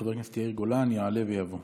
חבר הכנסת יאיר גולן יעלה ויבוא.